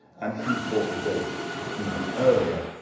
and he's brought the date even earlier,